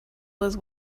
was